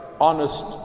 honest